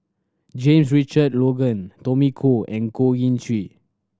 James Richard Logan Tommy Koh and Goh Ee Choo